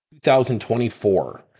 2024